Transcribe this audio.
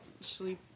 sleep